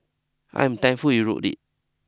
I am thankful you wrote it